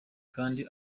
kandi